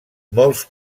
molts